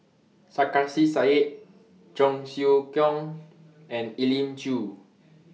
Sarkasi Said Cheong Siew Keong and Elim Chew